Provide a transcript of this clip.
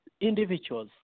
Individuals